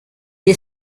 est